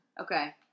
Okay